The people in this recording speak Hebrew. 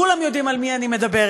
כולם יודעים על מי אני מדברת.